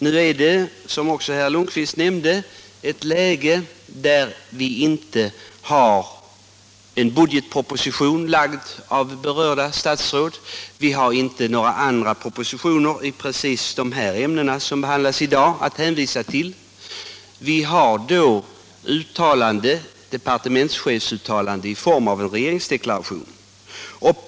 Nu är, som herr Lundkvist nämnde, läget det att det inte finns någon budgetproposition framlagd av berörda statsråd, och vi har inte heller några andra propositioner i de ämnen som behandlas i dag att hänvisa till. Vi har då departementschefsuttalanden i form av en regeringsdeklaration.